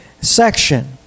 section